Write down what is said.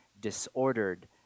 disordered